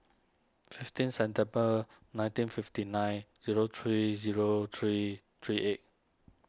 fifteen September nineteen fifty nine zero three zero three three eight